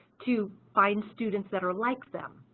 to find students that are like them.